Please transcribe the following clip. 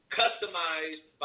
customized